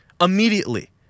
immediately